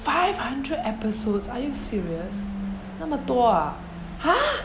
five hundred episodes are you serious 那么多 ah !huh!